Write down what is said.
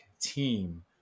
team